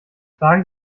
tragen